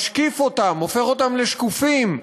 משקיף אותם, הופך אותם לשקופים,